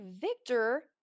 victor